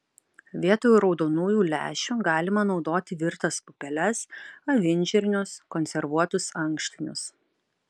vietoj raudonųjų lęšių galima naudoti virtas pupeles avinžirnius konservuotus ankštinius